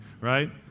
right